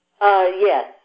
yes